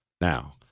Now